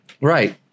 Right